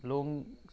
long